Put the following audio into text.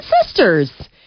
sisters